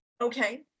okay